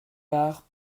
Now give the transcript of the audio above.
part